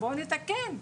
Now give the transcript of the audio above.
בואו נתקן,